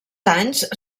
anys